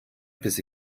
bis